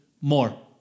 more